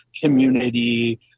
community